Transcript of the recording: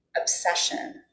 obsession